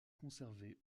conservée